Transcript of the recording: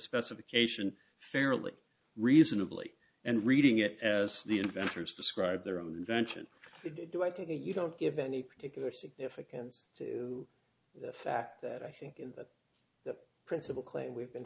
specification fairly reasonably and reading it as the inventors describe their own invention do i think you don't give any particular significance to the fact that i think that the principle claim we've been